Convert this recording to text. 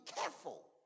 careful